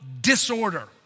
disorder